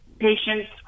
patients